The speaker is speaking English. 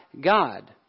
God